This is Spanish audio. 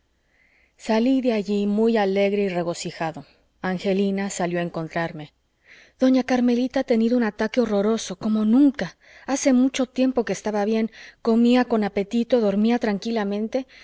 salí de allí muy alegre y regocijado angelina salió a encontrarme doña carmelita ha tenido un ataque horroroso como nunca hace mucho tiempo que estaba bien comía con apetito dormía tranquilamente